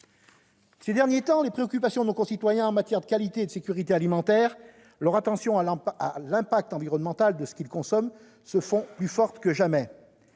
Ces derniers temps, les préoccupations de nos concitoyens en matière de qualité et de sécurité alimentaires, ainsi que leur attention à l'impact environnemental de ce qu'ils consomment, se font plus fortes que jamais.